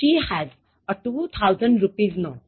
She has a two thousand rupees note